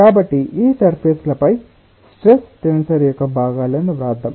కాబట్టి ఈ సర్ఫేస్ లపై స్ట్రెస్ టెన్సర్ యొక్క భాగాలను వ్రాద్దాం